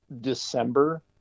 december